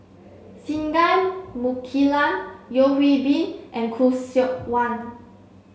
Singai Mukilan Yeo Hwee Bin and Khoo Seok Wan